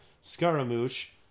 Scaramouche